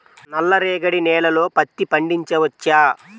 నల్ల రేగడి నేలలో పత్తి పండించవచ్చా?